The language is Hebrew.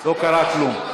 לא קרה כלום.